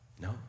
No